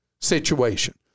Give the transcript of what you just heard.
situation